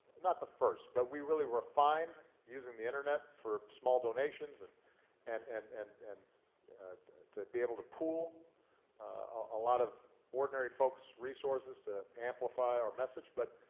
not the first, but we really refined using the internet for small donations, and and and and and to be able to pool a lot of ordinary folk's resources to amplify our message. but